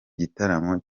gitaramo